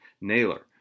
Naylor